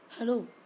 Hello